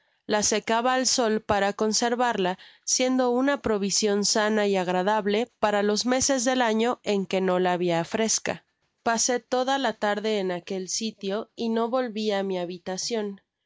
la secaba al sol para conservarla siendo una provision sana y agradable para los meses del ato en que no la habia fresca pasé toda la tarde en aquel sitio y no volví á mi habitacion